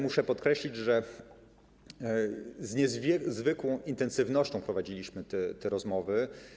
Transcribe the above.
Muszę podkreślić, że z niezwykłą intensywnością prowadziliśmy rozmowy.